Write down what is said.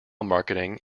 marketing